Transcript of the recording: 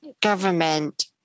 government